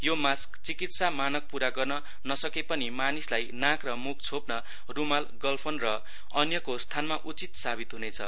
यस मास्कले चिकित्सा मानक पूरा गर्न नसके पनि मानिसलाई नाक र मुख छोप्न रूमाल गलफन र अन्यको स्थानमा उचित साबित हुनेछ